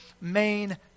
main